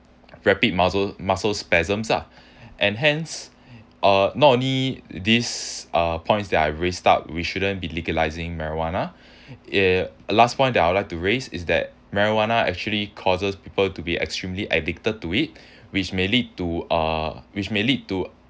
rapid muscle muscle spasms ah and hence not only these are points that I raised up we shouldn't be legalising marijuana uh last point that I would like to raise is that marijuana actually causes people to be extremely addicted to it which may lead to uh which may lead to